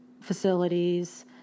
facilities